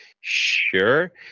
sure